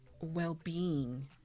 well-being